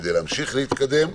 כדי להמשיך להתקדם.